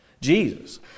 Jesus